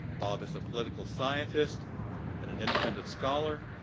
bob is a political scientist and and independent scholar.